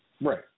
Right